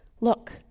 look